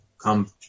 come